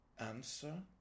Answer